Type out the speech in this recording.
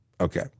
Okay